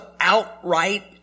outright